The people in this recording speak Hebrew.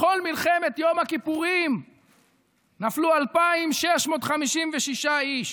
בכל מלחמת יום הכיפורים נפלו 2,656 איש,